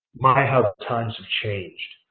my how times have changed.